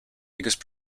because